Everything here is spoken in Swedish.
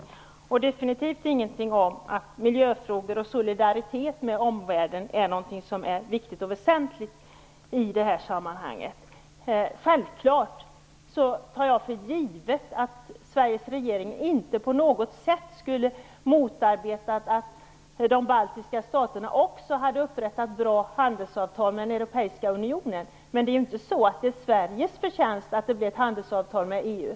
Hon har definitivt inte sagt någonting om att miljöfrågor och solidaritet med omvärlden är någonting viktigt och väsentligt i sammanhanget. Självfallet tar jag för givet att Sveriges regering inte på något sätt skulle ha motarbetat att de baltiska staterna upprättar bra handelsavtal med den europeiska unionen. Men det är inte Sveriges förtjänst att de fick ett handelsavtal med EU.